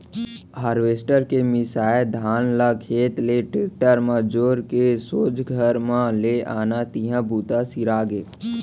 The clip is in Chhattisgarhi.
हारवेस्टर के मिंसाए धान ल खेत ले टेक्टर म जोर के सोझ घर म ले आन तिहॉं बूता सिरागे